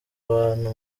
abantu